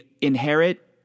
inherit